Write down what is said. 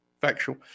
Factual